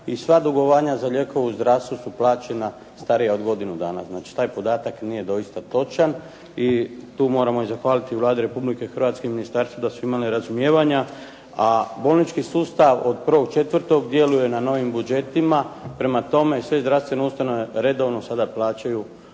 i sva dugovanja za lijekove u zdravstvu su plaćena starija od godinu dana. Znači taj podatak nije doista točan i tu moramo zahvaliti i Vladi Republike Hrvatske i ministarstvu da su imali razumijevanja. A bolnički sustav od 1.4. djeluje na novim budžetima, prema tome sve zdravstvene ustanove redovno sada plaćaju